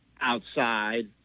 outside